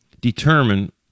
determine